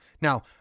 now